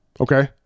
Okay